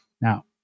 Now